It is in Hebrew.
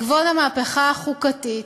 בעקבות המהפכה החוקתית,